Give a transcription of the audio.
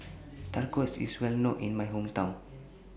Tacos IS Well known in My Hometown